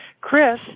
Chris